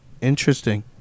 Interesting